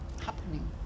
happening